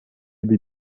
bir